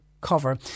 cover